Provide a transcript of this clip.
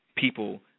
people